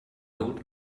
old